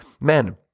men